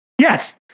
Yes